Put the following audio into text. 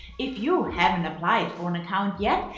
if you haven't applied for an account yet,